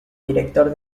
director